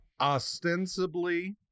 ostensibly